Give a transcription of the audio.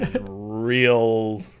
real